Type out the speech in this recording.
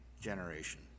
generation